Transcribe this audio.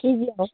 केजिआव